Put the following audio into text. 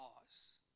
pause